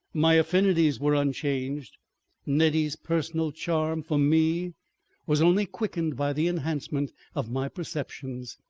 my affinities were unchanged nettie's personal charm for me was only quickened by the enhancement of my perceptions.